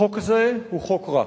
החוק הזה הוא חוק רע.